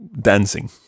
dancing